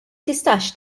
tistax